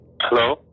Hello